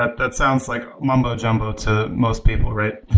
ah that sounds like mumbo jumbo to most people, right?